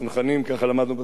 ככה למדנו בצבא,